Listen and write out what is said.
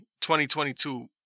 2022